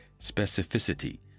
specificity